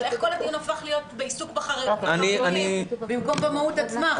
אבל איך כל הדיון הפך להיות בעיסוק בחריגים במקום במהות עצמה?